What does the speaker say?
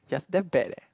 you're damn bad eh